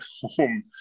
home